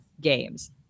games